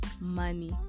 money